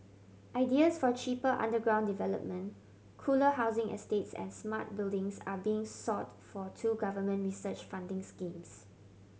ideas for cheaper underground development cooler housing estates and smart buildings are being sought for two government research funding schemes